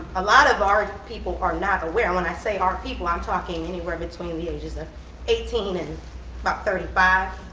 a lot of our people are not aware and when i say, our people, i'm talking anywhere between the ages of eighteen and about thirty five.